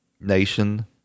nation